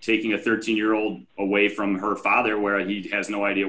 taking a thirteen year old away from her father where he has no idea